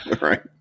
Right